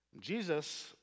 Jesus